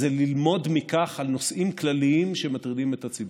זה ללמוד מכך על נושאים כלליים שמטרידים את הציבור.